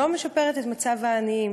אינה משפרת את מצב העניים.